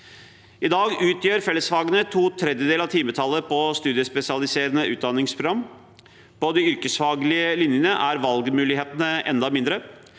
I dag utgjør fellesfagene to tredjedeler av timetallet på studiespesialiserende utdanningsprogram. På de yrkesfaglige linjene er valgmulighetene enda mindre.